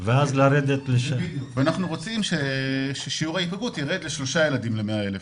אנחנו רוצים ששיעור ההיפגעות ירד לשלושה ילדים ל-100,000.